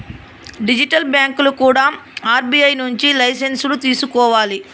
digital బ్యాంకులు కూడా RBI నుంచి లైసెన్సులు తీసుకోవాలి